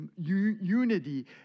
unity